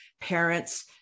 parents